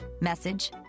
message